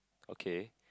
okay